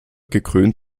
gekrönt